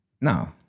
No